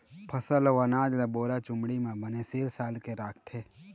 फसल अउ अनाज ल बोरा, चुमड़ी म बने सील साल के राखथे